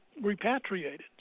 repatriated